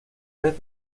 vez